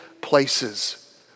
places